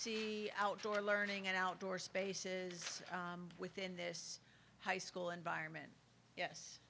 see outdoor learning and outdoor spaces within this high school environment yes